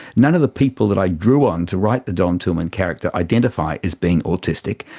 none of the people that i drew on to write the don tillman character identified as being autistic,